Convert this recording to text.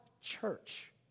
church